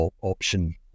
option